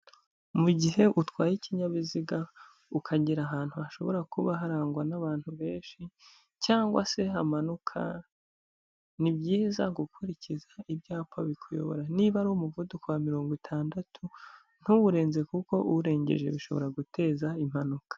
Mu gihe utwaye ikinyabiziga ukagera ahantu hashobora kuba harangwa n'abantu benshi cyangwa se hamanuka, ni byiza gukurikiza ibyapa bikuyobora, niba ari umuvuduko wa mirongo itandatu ntuwurenze kuko uwurengeje bishobora guteza impanuka.